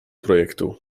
projektu